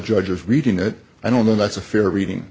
judge was reading it i don't know that's a fair reading